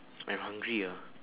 I'm hungry lah